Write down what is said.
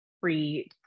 free